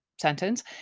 sentence